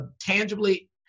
tangibly